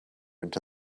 into